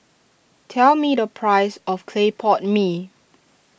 tell me the price of Clay Pot Mee